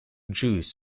jews